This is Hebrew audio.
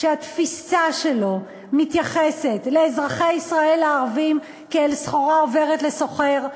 שהתפיסה שלו מתייחסת לאזרחי ישראל הערבים כאל סחורה עוברת לסוחר,